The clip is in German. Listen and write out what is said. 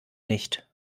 nicht